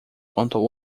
contou